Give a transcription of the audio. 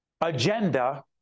agenda